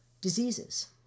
diseases